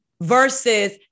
versus